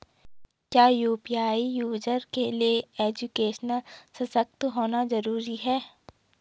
क्या UPI user के लिए एजुकेशनल सशक्त होना जरूरी है?